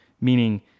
meaning